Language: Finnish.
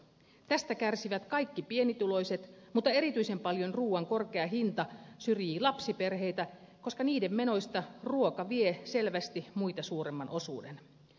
tästä kärsivät kaikki pienituloiset mutta erityisen paljon ruuan korkea hinta syrjii lapsiperheitä koska niiden menoista ruoka vie selvästi muita suuremman osuuden